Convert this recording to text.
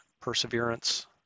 Perseverance